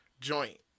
joint